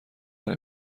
برای